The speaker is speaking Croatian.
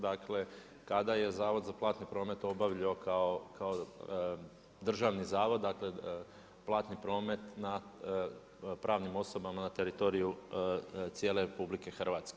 Dakle, kada je Zavod za platni promet obavljao kao državni zavod, dakle, platni promet na pravnim osobama na teritoriju cijele RH.